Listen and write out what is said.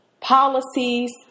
policies